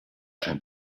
and